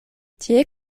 tie